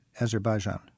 Azerbaijan